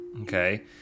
Okay